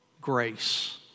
grace